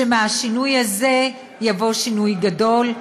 שמהשינוי הזה יבוא שינוי גדול,